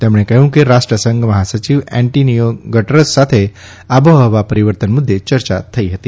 તેમણે કહ્યું કે રાષ્ટ્રસંઘ મહાસચિવ એન્ટોનિઓ ગટર્રસ સાથે આબોહવા પરિવર્તન મુદ્દે ચર્ચા થઇ હતી